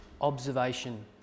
observation